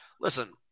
listen